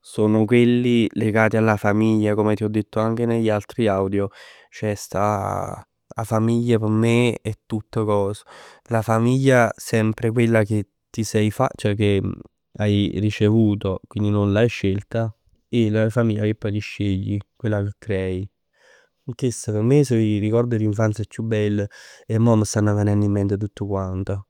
sono quelli legati alla famiglia. Come ti ho detto anche negli altri audio. Ceh sta 'a famiglia p' me è tutt cos. 'a famiglia sempre quella che ti sei fatto, ceh che hai ricevuto e quindi non l'hai scelta e la famiglia che poi li scegli. Quella che crei. Chest p' me so 'e ricordi d'infanzia chiù bell e mo m' stann venenn in mente tutt quant.